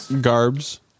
garbs